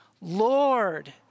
Lord